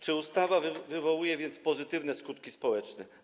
Czy ustawa wywołuje więc pozytywne skutki społeczne?